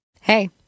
Hey